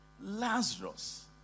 Lazarus